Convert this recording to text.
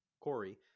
Corey